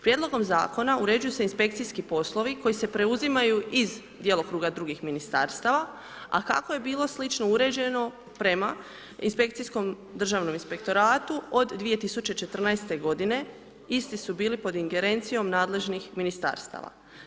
Prijedlogom zakona uređuju se inspekcijski poslovi koji se preuzimaju iz djelokruga drugih ministarstava, a kako je bilo slično uređeno prema inspekcijskom državnom inspektoratu od 2014. godine, isti su bili pod ingerencijom nadležnih ministarstava.